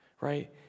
right